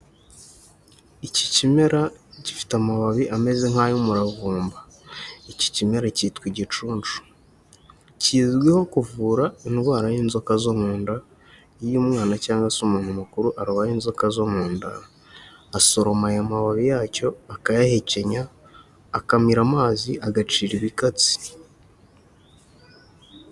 Iki kimera gifite amababi ameze nk'ay'umuravumba, iki kimera cyitwa igicuncu, kizwiho kuvura indwara y'inzoka zo mu nda, iy'umwana cyangwa se umuntu mukuru arwaye inzoka zo mu nda asoroma ayo mababi yacyo akayahekenya, akamira amazi, agacira ibikatsi.